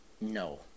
No